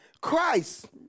Christ